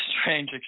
strange